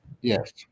Yes